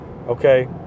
okay